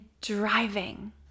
driving